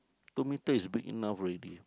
two metres is big enough already